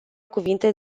cuvinte